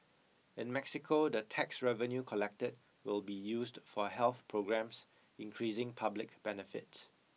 in Mexico the tax revenue collected will be used for health programmes increasing public benefit